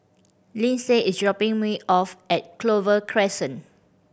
Linsey is dropping me off at Clover Crescent